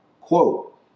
quote